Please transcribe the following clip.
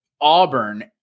Auburn